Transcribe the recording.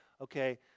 okay